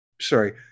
Sorry